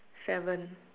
seven